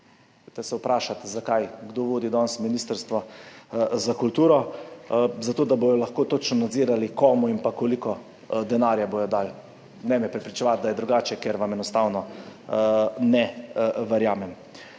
Vprašajte se, zakaj, kdo vodi danes Ministrstvo za kulturo, zato da bodo lahko točno nadzirali, komu in koliko denarja bodo dali. Ne me prepričevati, da je drugače, ker vam enostavno ne verjamem.